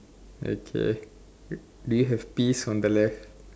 okay do you have peas on the left